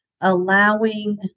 allowing